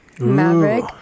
Maverick